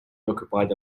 occupied